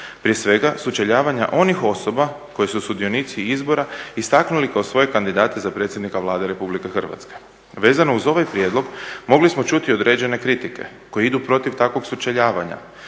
prije svega sučeljavanja onih osoba koje su sudionici izbora istaknuli kao svoje kandidate za predsjednika Vlade RH. Vezano uz ovaj prijedlog, mogli smo čuti određene kritike koje idu protiv takvog sučeljavanja,